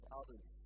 others